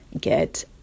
get